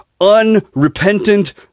unrepentant